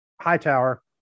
Hightower